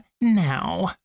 now